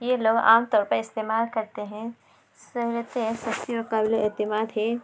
یہ لوگ عام طور پہ استعمال کرتے ہیں سہولیتیں سستی و قابل اعتماد ہیں